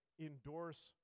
endorse